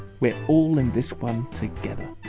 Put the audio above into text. we're all in this one together.